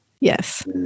Yes